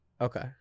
Okay